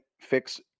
fix